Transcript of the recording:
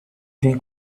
vem